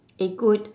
a good